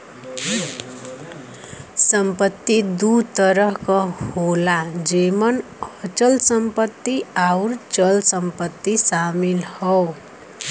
संपत्ति दू तरह क होला जेमन अचल संपत्ति आउर चल संपत्ति शामिल हौ